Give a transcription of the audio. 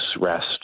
rest